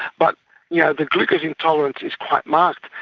but yeah the glucose intolerance is quite masked,